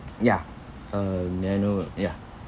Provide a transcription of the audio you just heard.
ya uh may I know uh ya